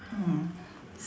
hmm